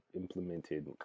implemented